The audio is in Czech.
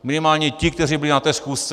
Minimálně ti, kteří byli na té schůzce.